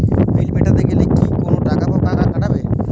বিল মেটাতে গেলে কি কোনো টাকা কাটাবে?